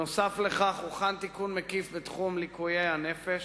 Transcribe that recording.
נוסף על כך, הוכן תיקון מקיף בתחום ליקויי הנפש,